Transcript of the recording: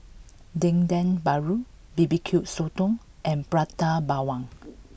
Dendeng Paru bbq Sotong and Prata Bawang